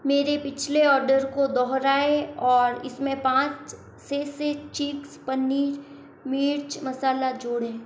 मेरे पिछले ऑर्डर को दोहराएँ और इसमें पाँच सेसे चिग्स पनीर मिर्च मसाला जोड़ें